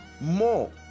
more